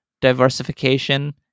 diversification